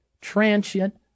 transient